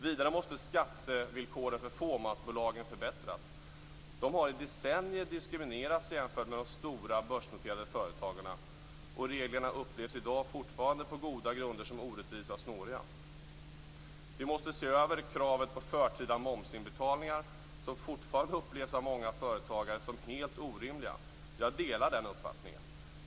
Vidare måste skattevillkoren för fåmansbolagen förbättras. De har i decennier diskriminerats jämfört med de stora börsnoterade företagen. Reglerna upplevs fortfarande, på goda grunder, som orättvisa och snåriga. Vi måste se över kravet på förtida momsinbetalningar, som fortfarande av många företagare upplevs som helt orimliga. Jag delar den uppfattningen.